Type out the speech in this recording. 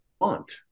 want